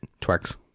Twix